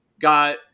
got